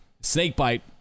Snakebite